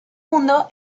mundo